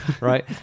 right